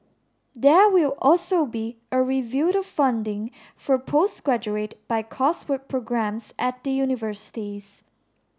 there will also be a review of funding for postgraduate by coursework programmes at the universities